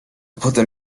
potem